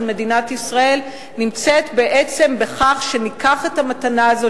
מדינת ישראל נמצאת בעצם בכך שניקח את המתנה הזאת,